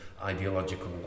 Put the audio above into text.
Ideological